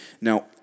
Now